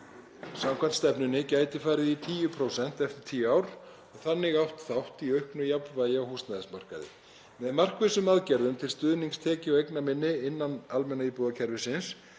samkvæmt stefnunni gæti farið í 6% eftir tíu ár og þannig átt þátt í auknu jafnvægi á húsnæðismarkaði. Með markvissum aðgerðum til stuðnings tekju- og eignaminna fólks innan almenna íbúðakerfisins